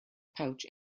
pouch